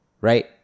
right